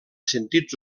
sentits